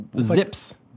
Zips